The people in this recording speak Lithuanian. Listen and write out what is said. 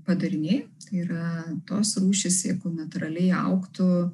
padariniai yra tos rūšys jeigu natūraliai augtų